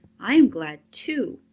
i am glad too,